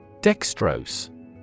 Dextrose